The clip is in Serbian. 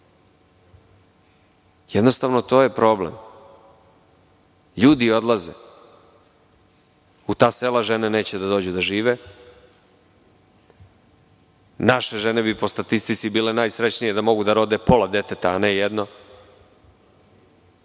naše. Jednostavno, to je problem. Ljudi odlaze. U ta sela žene neće da dođu da žive. Naše žene bi po statistici bile najsrećnije da mogu da rode pola deteta, a ne jedno.